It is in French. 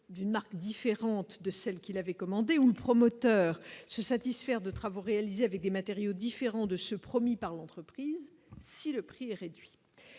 d'une marque différente de celle qu'il avait commandé ou promoteur se satisfaire de travaux réalisés avec des matériaux différents de ceux promis par l'entreprise, si le prix réduit